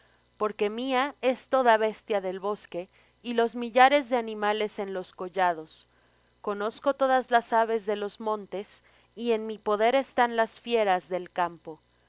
porque mía es toda bestia del bosque y los millares de animales en los collados conozco todas las aves de los montes y en mi poder están las fieras del campo